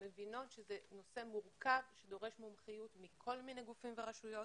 מבינות שזה נושא מורכב שדורש מומחיות מכל מיני גופים ורשויות.